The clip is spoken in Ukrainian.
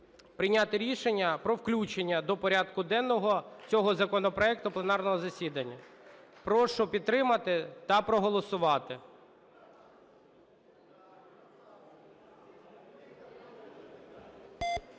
прийняти рішення про включення до порядку денного цього законопроекту пленарного засідання. Прошу підтримати та проголосувати.